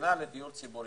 שממתינה לדיור ציבורי,